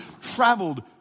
traveled